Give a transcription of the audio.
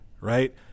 Right